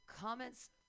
comments